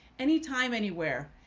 anytime anywhere,